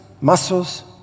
muscles